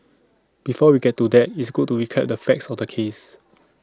before we get to that it's good to recap the facts of the case